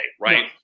Right